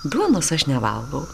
duonos aš nevalgau